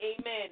Amen